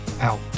out